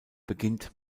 beginnt